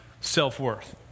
self-worth